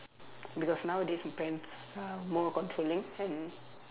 because nowadays depends uh more controlling and